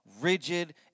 rigid